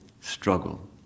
Struggle